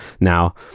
now